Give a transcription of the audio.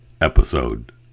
episode